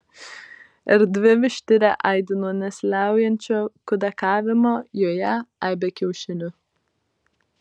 erdvi vištidė aidi nuo nesiliaujančio kudakavimo joje aibė kiaušinių